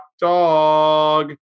dog